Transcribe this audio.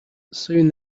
soon